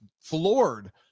floored